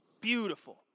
Beautiful